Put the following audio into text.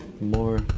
more